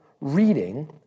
reading